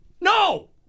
No